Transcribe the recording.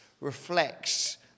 reflects